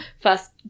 first